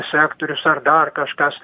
sektorius ar dar kažkas